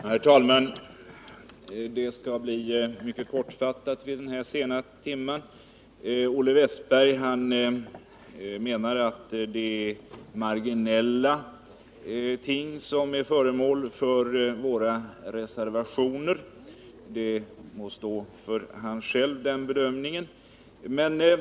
Herr talman! Jag skall fatta mig mycket kort vid den här sena timmen. Olle Wästberg i Stockholm menar att det är marginella ting som är föremål för våra reservationer. Den bedömningen må stå för honom själv.